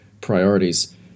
priorities